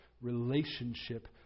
relationship